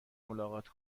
ملاقات